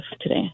today